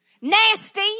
nasty